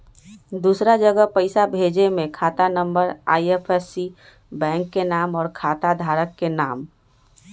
दूसरा जगह पईसा भेजे में खाता नं, आई.एफ.एस.सी, बैंक के नाम, और खाता धारक के नाम?